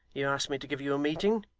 you ask me to give you a meeting.